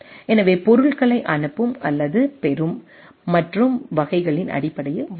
எனவே பொருட்களை அனுப்பும் அல்லது பெறும் மற்றும் வகைகளின் அடிப்படையில் செயல்படுகிறது